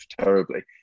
terribly